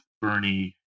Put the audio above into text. Bernie